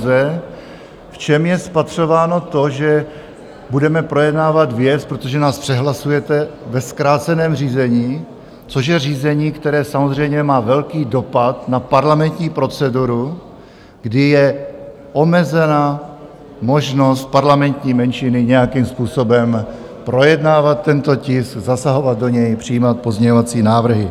V čem je spatřováno to, že budeme projednávat věc, protože nás přehlasujete, ve zkráceném řízení, což je řízení, které samozřejmě má velký dopad na parlamentní proceduru, kdy je omezena možnost parlamentní menšiny nějakým způsobem projednávat tento tisk, zasahovat do něj, přijímat pozměňovací návrhy.